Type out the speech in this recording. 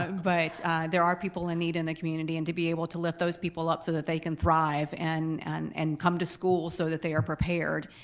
but there are people in need in the community, and to be able to lift those people up so that they can thrive and and come to school so that they are prepared,